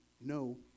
no